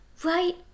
Right